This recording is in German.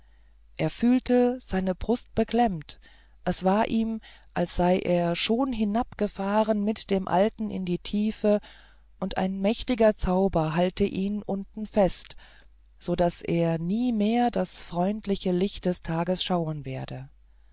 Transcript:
er fühlte seine brust beklemmt es war ihm als sei er schon hinabgefahren mit dem alten in die tiefe und ein mächtiger zauber halte ihn unten fest so daß er nie mehr das freundliche licht des tages schauen werde